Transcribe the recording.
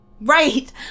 Right